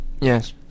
Yes